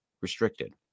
restricted